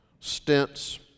stents